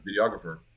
videographer